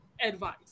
advice